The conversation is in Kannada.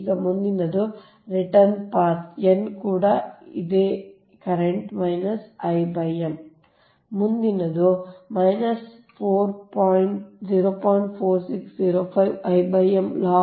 ಈಗ ಮುಂದಿನದು ಈ ರಿಟರ್ನ್ ಪಾಥ್n ಕೂಡ ಇದೆಯೇ ಈ ಕರೆಂಟ್ I m